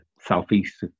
southeast